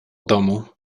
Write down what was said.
domu